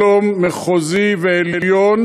שלום, מחוזי ועליון,